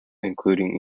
including